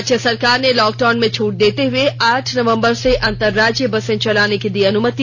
राज्य सरकार ने लॉकडाउन में छूट देते हुए आठ नवंबर से अंतरराज्यीय बसें चलाने की दी अनुमति